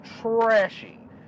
trashy